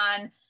on